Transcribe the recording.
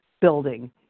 building